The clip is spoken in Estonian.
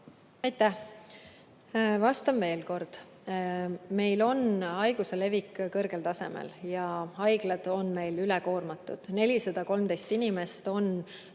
Aitäh! Vastan veel kord. Meil on haiguse levik kõrgel tasemel ja haiglad on meil ülekoormatud. 413 inimest on